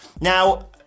Now